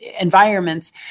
environments